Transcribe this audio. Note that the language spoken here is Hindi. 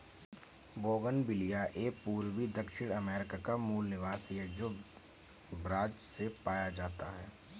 बोगनविलिया यह पूर्वी दक्षिण अमेरिका का मूल निवासी है, जो ब्राज़ से पाया जाता है